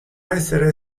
essere